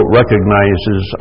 recognizes